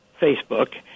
Facebook